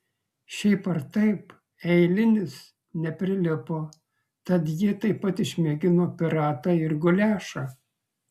šiaip ar taip eilinis neprilipo tad jie taip pat išmėgino piratą ir guliašą